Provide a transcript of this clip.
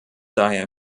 daher